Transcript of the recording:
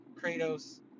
Kratos